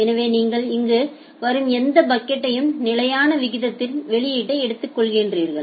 எனவே நீங்கள் இங்கு வரும் எந்த பாக்கெட்டையும் நிலையான விகிதத்தில் வெளியீட்டை எடுத்துக்கொள்கிறீர்கள்